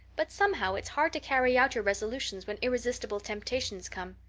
but somehow it's hard to carry out your resolutions when irresistible temptations come.